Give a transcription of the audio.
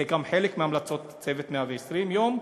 זה גם חלק מהמלצות "צוות 120 הימים".